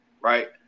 right